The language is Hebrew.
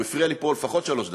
הוא הפריע לי פה לפחות שלוש דקות.